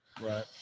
Right